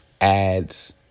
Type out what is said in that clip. ads